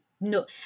no